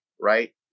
right